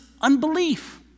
unbelief